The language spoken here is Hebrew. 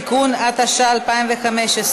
(תיקון), התשע"ו 2015,